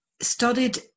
studied